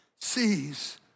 sees